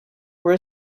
were